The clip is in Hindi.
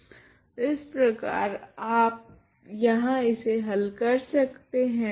तो इस प्रकार आप यहाँ इसे हल कर सकते है